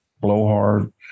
blowhard